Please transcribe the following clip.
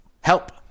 help